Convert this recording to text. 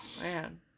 man